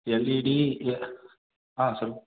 LED இல்லை ஆ சொல்லுங்கள்